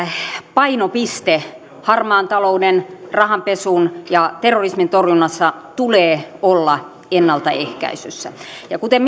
painopisteen harmaan talouden rahanpesun ja terrorismin torjunnassa tulee olla ennaltaehkäisyssä ja kuten